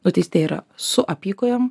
nuteistieji yra su apykojėm